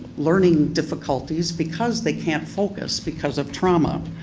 learning difficulties, because they can't focus because of trauma.